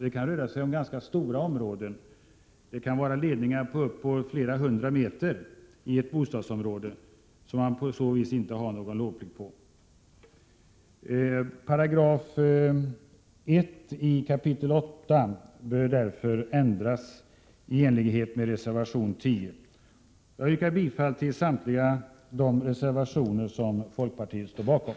Det kan röra sig om ganska stora områden. Det kan vara ledningar på upp mot flera hundra meter i ett bostadsområde, där således inte någon lovplikt råder. 8 kap. 1§ bör därför ändras i enlighet vad som föreslås i reservation 10. Herr talman! Jag yrkar bifall till samtliga reservationer som folkpartiet står bakom.